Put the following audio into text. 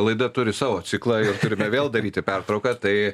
laida turi savo ciklą ir turime vėl daryti pertrauką tai